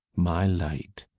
my light,